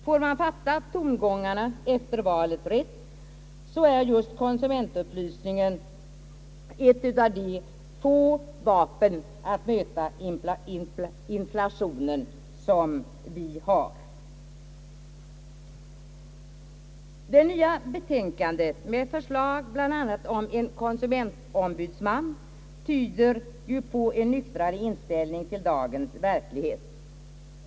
Får vi fatta tongångarna efter valet rätt, är just konsumentupplysningen ett av de få vapen att möta inflationen som vi har. Det nya betänkandet med förslag bl.a. om en konsumentombudsman tyder ju på en nyktrare inställning till dagens verklighet.